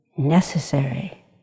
Necessary